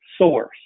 source